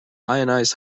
ionized